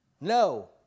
No